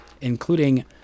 including